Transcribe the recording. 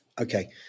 Okay